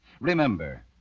remember